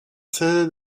sede